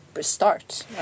start